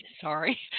sorry